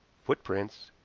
footprints,